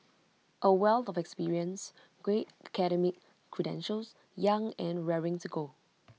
A wealth of experience great academic credentials young and raring to go